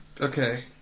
Okay